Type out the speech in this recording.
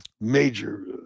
major